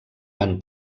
van